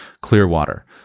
Clearwater